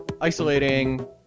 isolating